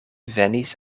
venis